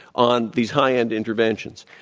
on these high end interventions.